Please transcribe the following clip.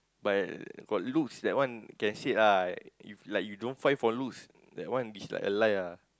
but got looks that one can said ah if like you don't find for looks that one is like a lie ah